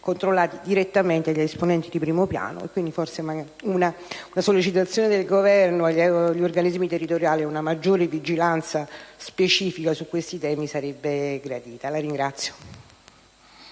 controllati direttamente da esponenti di primo piano. Quindi, una sollecitazione del Governo agli organismi territoriali e una maggiore vigilanza specifica su questi temi sarebbero gradite.